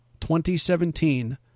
2017